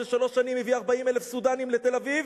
שבשלוש שנים הביא 40,000 סודנים לתל-אביב,